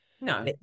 No